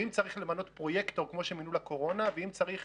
ואם צריך למנות פרויקטור כמו שמינו לקורונה ואם צריך